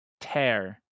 Tear